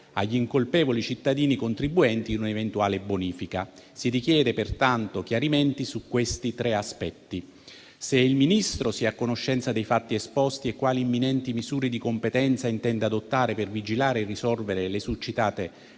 agli incolpevoli cittadini contribuenti un'eventuale bonifica. Si richiedono pertanto chiarimenti sui seguenti tre aspetti: se il Ministro sia a conoscenza dei fatti esposti e quali imminenti misure di competenza intenda adottare per vigilare e risolvere le succitate